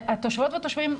התושבות והתושבים,